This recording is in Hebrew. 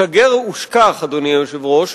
"שגר ושכח", אדוני היושב-ראש,